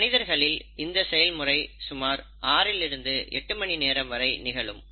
மனிதர்களில் இந்த செயல்முறை சுமார் 6 லிருந்து 8 மணி நேரம் வரை நிகழும்